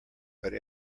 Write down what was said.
but